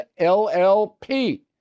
LLP